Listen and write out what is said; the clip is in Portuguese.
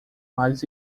mas